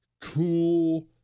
cool